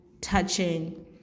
touching